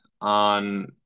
on